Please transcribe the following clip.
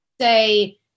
say